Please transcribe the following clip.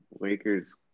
Lakers